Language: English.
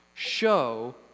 show